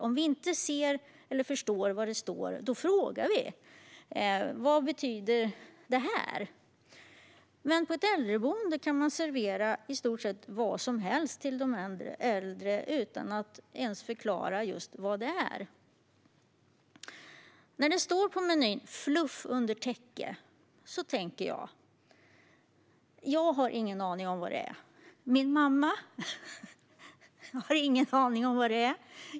Om vi inte ser eller förstår vad det står frågar vi vad det betyder. Men på ett äldreboende kan man servera i stort sett vad som helst till de äldre utan att ens förklara vad det är. När det står "fluff under täcke" på menyn har jag ingen aning om vad det är, och min mamma har inte heller någon aning om vad det är.